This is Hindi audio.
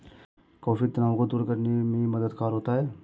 कॉफी तनाव को दूर करने में मददगार होता है